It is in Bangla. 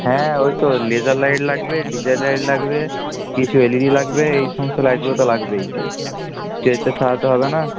হ্যাঁ ওই তো লেজার লাইট লাগবে ডিজার লাইট লাগবে কিছু এল ই ডি লাগবে এই সমস্ত লাইটগুলো তো লাগবেই স্টেজটা সাজাতে হবে না